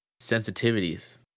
sensitivities